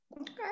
Okay